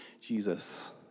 Jesus